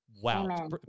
wow